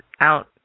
out